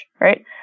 right